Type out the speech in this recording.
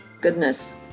Goodness